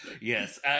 yes